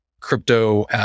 crypto